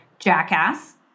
Jackass